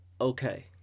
okay